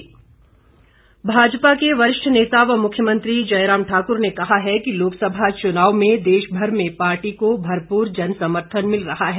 मुख्यमंत्री भाजपा के वरिष्ठ नेता व मुख्यमंत्री जयराम ठाक्र ने कहा है कि लोकसभा चुनावों में देश भर में पार्टी को भरपूर जनसमर्थन मिल रहा है